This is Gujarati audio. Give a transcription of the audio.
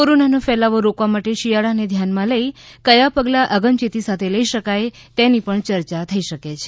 કોરોનાનો ફેલાવો રોકવા માટે શિયાળાને ધ્યાનમાં લઈ કયા પગલાં અગમચેતી સાથે લઈ શકાય તેની પણ ચર્ચા થઈ શકે છે